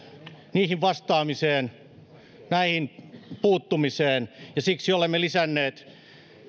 niihin vastaamiseen niihin puuttumiseen ja siksi olemme lisänneet